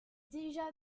déjà